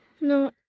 No